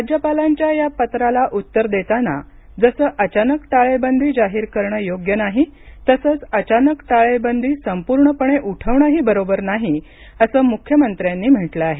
राज्यपालांच्या या पत्राला उत्तर देताना जसं अचानक टाळेबंदी जाहीर करण योग्य नाही तसंच अचानक टाळेबंदी संपूर्णपणे उठवणंही बरोबर नाही असं मुख्यमंत्र्यांनी म्हटलं आहे